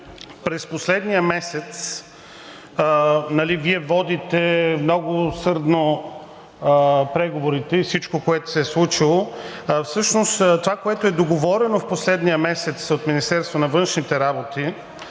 през последния месец Вие водите много усърдно преговорите и всичко, което се е случило, а всъщност това, което е договорено в последния месец от Министерството на външните работи,